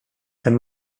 ten